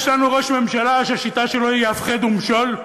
יש לנו ראש ממשלה שהשיטה שלו היא הפחד ומשול,